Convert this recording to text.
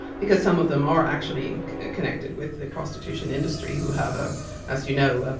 because some of them are actually connected with the prostitution industry who have, ah as you know,